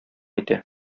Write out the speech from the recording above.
итә